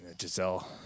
Giselle